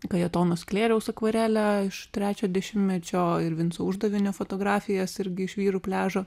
kajetono sklėriaus akvarelę iš trečio dešimtmečio ir vinco uždavinio fotografijas irgi iš vyrų pliažo